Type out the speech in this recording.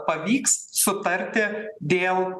pavyks sutarti dėl